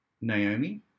Naomi